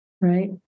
right